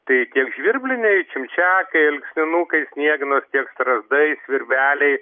tai tiem žvirbliniai čimčiakai alksninukai sniegenos tiek strazdai svirbeliai